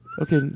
Okay